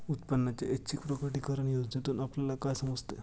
उत्पन्नाच्या ऐच्छिक प्रकटीकरण योजनेतून आपल्याला काय समजते?